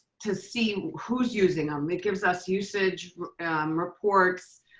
to see who's using them. it gives us usage reports,